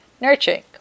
Nurturing